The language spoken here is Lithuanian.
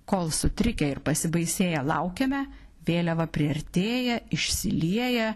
kol sutrikę ir pasibaisėję laukiame vėliava priartėja išsilieja